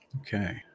Okay